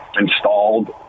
installed